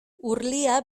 urlia